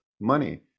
money